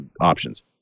options